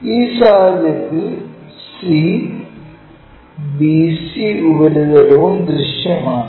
ഈ സാഹചര്യത്തിൽ c bc ഉപരിതലവും ദൃശ്യമാണ്